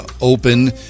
open